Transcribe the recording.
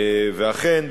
אכן,